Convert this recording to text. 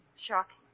Shocking